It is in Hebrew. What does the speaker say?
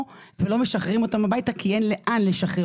אתם שולחים אותנו להערכת מסוכנות,